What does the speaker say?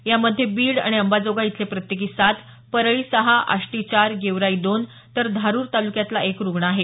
यामध्ये बीड आणि अंबाजोगाई इथले प्रत्येकी सात परळी सहा आष्टी चार गेवराई दोन तर धारूर तालुक्यातला एक रुग्ण आहे